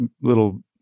little